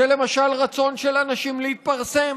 היא למשל רצון של אנשים להתפרסם.